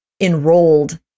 enrolled